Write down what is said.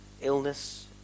illness